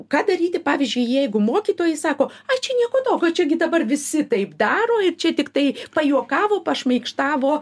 ką daryti pavyzdžiui jeigu mokytojai sako ai čia nieko tokio čia gi dabar visi taip daro ir čia tiktai pajuokavo pašmaikštavo